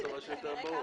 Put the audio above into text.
ברור.